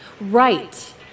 Right